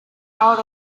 out